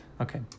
Okay